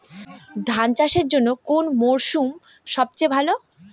ধান চাষের জন্যে কোন মরশুম সবচেয়ে ভালো?